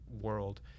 world